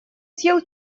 съел